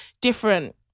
Different